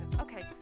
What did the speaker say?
Okay